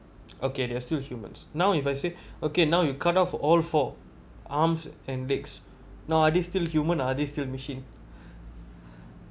okay they're still humans now if I say okay now you cut off all four arms and legs now are they still human are they still machine